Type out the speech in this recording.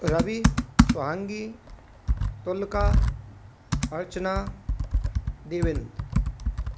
Ravi Sohangi Tulika Archana Devendra